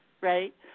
Right